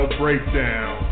breakdown